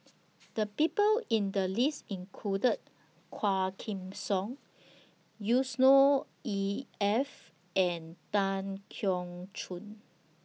The People in The list included Quah Kim Song Yusnor E F and Tan Keong Choon